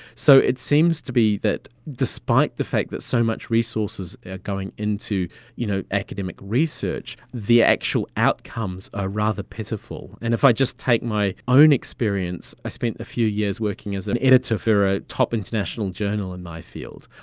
so it seems to be that despite the fact that so much resources are going into you know academic research, the actual outcomes are rather pitiful. and if i just take my own experience, i spent a few years working as an editor for a top international journal in my field,